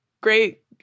great